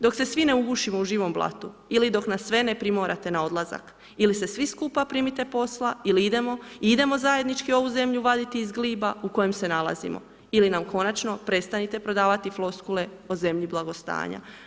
Dok se svi ne ugušimo u živom blatu ili dok nas sve ne primorate na odlazak ili se svi skupa primite posla ili idemo i idemo zajednički ovu zemlju vaditi iz gliba u kojem se nalazimo ili nam konačno prestanite predavati floskule o zemlji blagostanja.